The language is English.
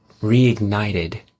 reignited